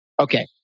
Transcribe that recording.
Okay